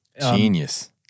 Genius